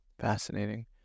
Fascinating